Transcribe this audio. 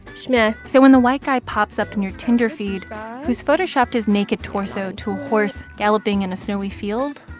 shmeh so when the white guy pops up in your tinder feed who's photoshopped his naked torso to a horse galloping in a snowy field.